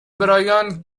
برایان